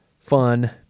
fun